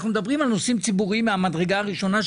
אנחנו מדברים על נושאים ציבוריים מהמדרגה הראשונה,